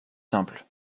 simple